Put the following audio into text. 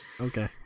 Okay